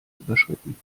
überschritten